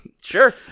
Sure